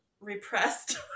repressed